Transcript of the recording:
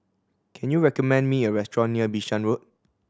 can you recommend me a restaurant near Bishan Road